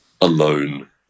alone